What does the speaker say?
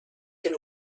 den